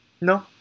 No